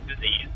disease